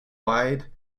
wide